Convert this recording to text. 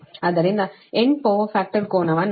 ಆದ್ದರಿಂದ and power factor ಕೋನವನ್ನು ಕಳುಹಿಸುವುದು 41